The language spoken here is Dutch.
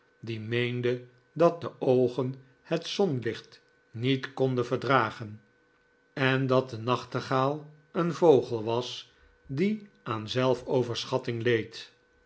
die meende dat de oogen het zonnelicht niet konden verdragen en dat de nachtegaal een vogel was die aan zelfoverschatting leed